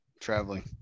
traveling